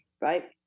right